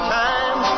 time